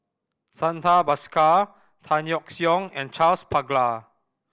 Santha Bhaskar Tan Yeok Seong and Charles Paglar